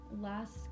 last